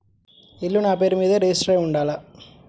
ఇల్లు నాపేరు మీదే రిజిస్టర్ అయ్యి ఉండాల?